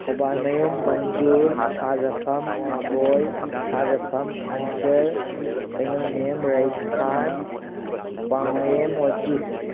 ꯊꯧꯕꯥꯜꯃꯌꯣꯝ ꯃꯟꯖꯨꯔ ꯁꯍꯥꯖꯐꯝ ꯑꯕꯣꯏ ꯁꯍꯥꯖꯐꯝ ꯑꯟꯖꯔ ꯀꯩꯅꯧꯃꯌꯨꯝ ꯔꯍꯤꯁ ꯈꯥꯟ ꯋꯥꯡꯃꯌꯨꯝ ꯋꯖꯤꯠ